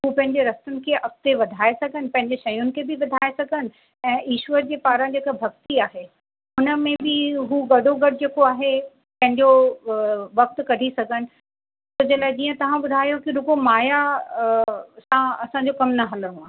हू पंहिंजे रस्तनि खे अॻिते वधाए सघनि पैंजे शयुनि खे बि वधाए सघनि ऐं ईश्वर जे पारां जेकी भक्ति आहे हुन में हू गॾो गॾु जो आहे पंहिंजो वक़्तु कढी सघनि छो जे लाइ जीअं तव्हां ॿुधायो कि जेको माया सां असांजो कमु न हलिणो आहे